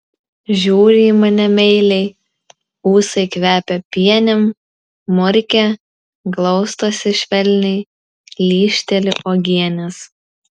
žiūri į mane meiliai ūsai kvepia pienėm murkia glaustosi švelniai lyžteli uogienės